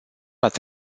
ați